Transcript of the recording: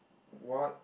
what